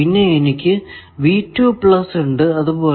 പിന്നെ എനിക്ക് ഉണ്ട് അതുപോലെ